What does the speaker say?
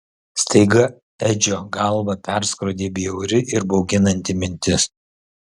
staiga edžio galvą perskrodė bjauri ir bauginanti mintis